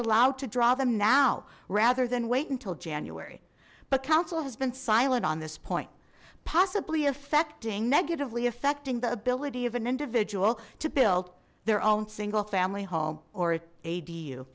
allowed to draw them now rather than wait until january but council has been silent on this point possibly affecting negatively affecting the ability of an individual to build their own single family home or a